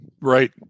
Right